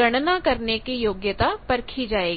गणना करने की योग्यता परखी जाएगी